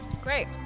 Great